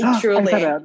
Truly